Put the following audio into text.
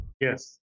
Yes